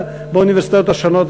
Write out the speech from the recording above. באוניברסיטאות השונות.